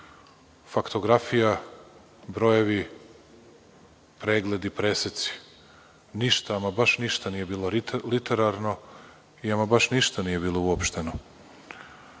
faktografija, brojevi, pregledi, preseci. Ništa, ama baš ništa nije bilo literarno i ama baš ništa nije bilo uopšteno.